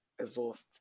exhaust